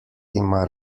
ima